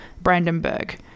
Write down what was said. Brandenburg